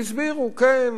והסבירו: כן,